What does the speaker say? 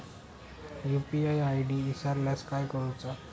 UPI ID इसरल्यास काय करुचा?